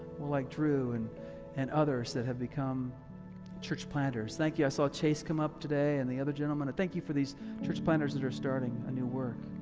well like drew and and others that have become church planters, thank you. i saw chase come up today and the other gentlemen, thank you for these church planters that are starting a new work.